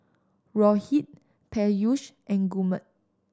Rohit Peyush and Gurmeet